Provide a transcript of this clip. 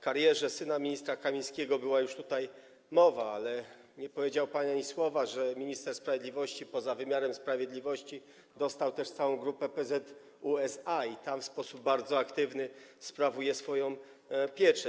karierze syna ministra Kamińskiego była już tutaj mowa, ale nie powiedział pan ani słowa o tym, że minister sprawiedliwości poza wymiarem sprawiedliwości dostał też całą Grupę PZU i nad tym w sposób bardzo aktywny sprawuje pieczę.